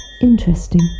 Interesting